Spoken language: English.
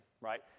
right